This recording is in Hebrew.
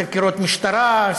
חקירות משטרה,